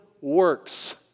works